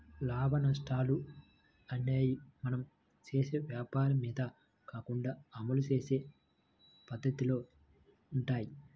లాభనష్టాలు అనేయ్యి మనం చేసే వ్వాపారం మీద కాకుండా అమలు చేసే పద్దతిలో వుంటయ్యి